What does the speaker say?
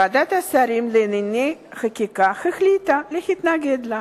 ועדת השרים לענייני חקיקה החליטה להתנגד לה.